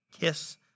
Kiss